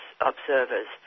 observers